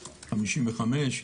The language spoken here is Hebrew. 55,